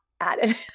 added